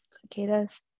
cicadas